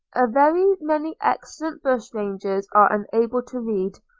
a very many excellent bushrangers are unable to read,